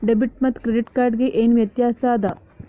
Debit ಮತ್ತ credit card ಗೆ ಏನ ವ್ಯತ್ಯಾಸ ಆದ?